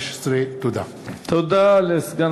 רבותי, הודעה לסגן